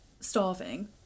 starving